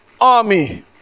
army